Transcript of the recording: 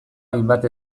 hainbat